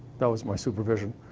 that was my supervision.